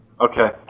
Okay